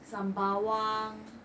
sembawang